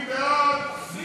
בגין, בעד.